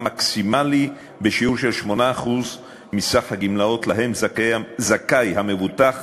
מקסימלי בשיעור של 8% מסך הגמלאות שלהן זכאי המבוטח